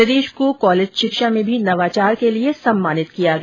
प्रदेश को कॉलेज शिक्षा में भी नवाचार के लिए सम्मानित किया गया